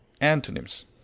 Antonyms